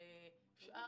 אני